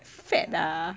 fat ah